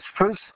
first